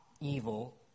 evil